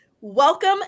welcome